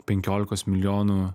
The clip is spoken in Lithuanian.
penkiolikos milijonų